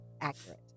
accurate